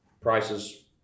prices